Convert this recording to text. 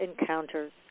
encounters